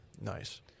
nice